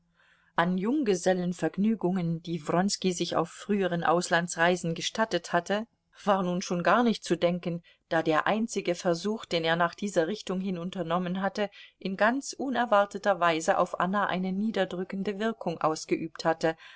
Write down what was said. an junggesellen vergnügungen die wronski sich auf früheren auslandsreisen gestattet hatte war nun schon gar nicht zu denken da der einzige versuch den er nach dieser richtung hin unternommen hatte in ganz unerwarteter weise auf anna eine niederdrückende wirkung ausgeübt hatte